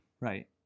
Right